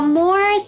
more